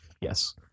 Yes